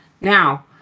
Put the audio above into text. now